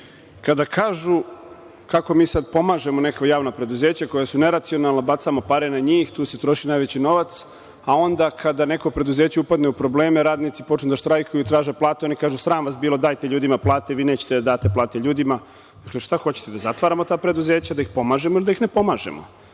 Kada kažu kako mi sad pomažemo neka javna preduzeća koja su neracionalna, bacamo pare na njih, tu se troši najveći novac, a onda kada neko preduzeće upadne u probleme, radnici počnu da štrajkuju, traže plate, a oni kažu – sram vas bilo, dajte ljudima plate, vi nećete da date plate ljudima. Šta hoćete? Da zatvaramo ta preduzeća, da ih pomažemo ili da ih ne pomažemo?